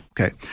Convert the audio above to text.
Okay